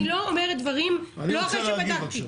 אני לא אומרת דברים מבלי שבדקתי.